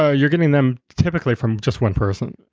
ah you're getting them typically from just one person.